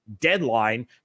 deadline